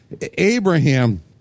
Abraham